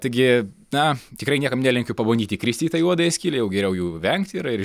taigi na tikrai niekam nelinkiu pabandyt įkristi į tą juodąją skylę jau geriau jų vengt yra ir